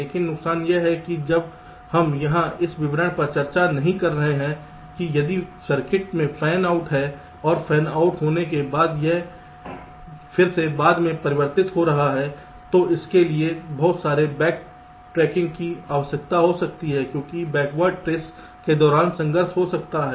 लेकिन नुकसान यह है कि जब हम यहां इस विवरण पर चर्चा नहीं कर रहे हैं कि यदि सर्किट में फैन आउट है और फैन आउट होने के बाद यह फिर से बाद में परिवर्तित हो रहा है तो इसके लिए बहुत सारे बैक ट्रैकिंग की आवश्यकता हो सकती है क्योंकि बैकवर्ड ट्रेस के दौरान संघर्ष हो सकता है